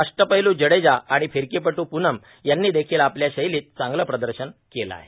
अष्टपैलू जडेजा आणि फिरकांपटू पूनम यांनी देखील आपल्या शैलांत चांगलं प्रदशन केलं आहे